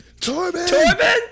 Torben